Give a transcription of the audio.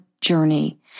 journey